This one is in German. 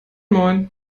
moin